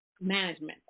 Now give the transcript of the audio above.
management